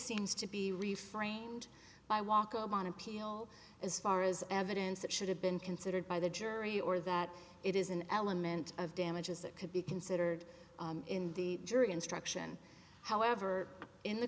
seems to be ready for a nd by walk up on appeal as far as evidence that should have been considered by the jury or that it is an element of damages that could be considered in the jury instruction however in the